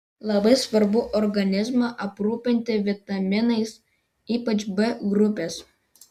labai svarbu organizmą aprūpinti vitaminais ypač b grupės